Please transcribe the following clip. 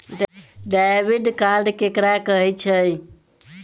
Debit card ककरा कहै छै?